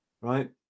Right